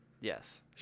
yes